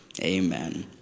Amen